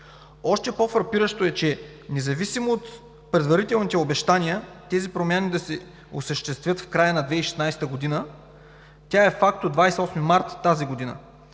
Още по-фрапиращо е, че независимо от предварителните обещания – тези промени да се осъществят в края на 2016 г., тя е факт от 28 март тази година